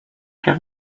give